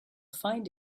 find